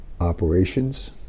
operations